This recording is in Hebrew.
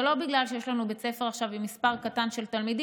זה לא שבגלל שיש לנו עכשיו בית ספר עם מספר קטן של תלמידים,